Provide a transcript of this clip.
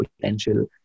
potential